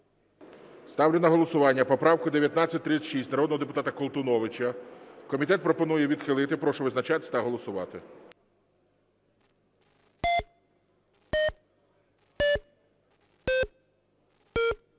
Ставлю на голосування поправку 1936 народного депутата Колтуновича. Комітет пропонує відхилити. Прошу визначатись та голосувати.